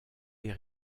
est